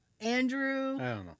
Andrew